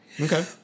Okay